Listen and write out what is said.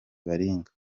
baringa